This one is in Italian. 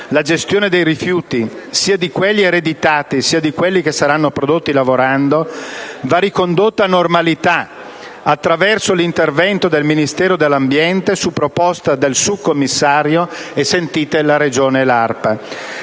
La gestione dei rifiuti, sia di quelli ereditati sia di quelli che saranno prodotti lavorando, va ricondotta a normalità, attraverso l'intervento del Ministero dell'ambiente su proposta del commissario e sentite la Regione e